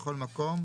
בכל מקום,